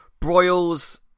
Broyles